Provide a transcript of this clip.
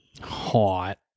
Hot